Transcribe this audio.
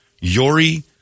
Yori